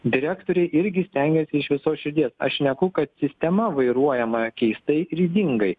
direktoriai irgi stengiasi iš visos širdies aš šneku kad sistema vairuojama keistai ir įdingai